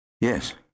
Yes